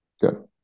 Good